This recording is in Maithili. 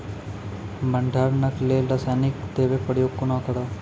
भंडारणक लेल रासायनिक दवेक प्रयोग कुना करव?